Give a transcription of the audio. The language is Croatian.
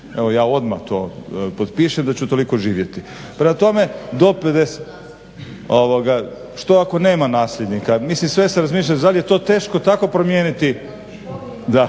Evo ja odmah to potpišem da ću toliko živjeti. Prema tome, do 50 godina. Što ako nema nasljednika? Mislim sve si razmišljam da li je to teško tako promijeniti …